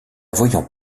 voyant